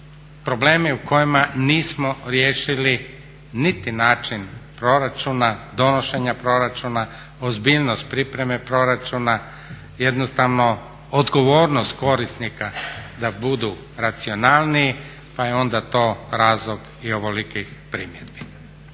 problemi u kojima nismo riješili niti način proračuna, donošenja proračuna, ozbiljnost pripreme proračuna, jednostavno odgovornost korisnika da budu racionalniji pa je onda to razlog i ovolikih primjedbi.